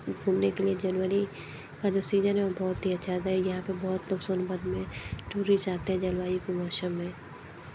घूमने के लिए जनवरी का जो सीज़न है बहुत ही अच्छा आता है यहाँ पर बहुत लोग सोनभद्र में टूरिस्ट जाते हैं जलवायु के मौसम में